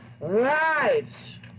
lives